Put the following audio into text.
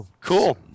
Cool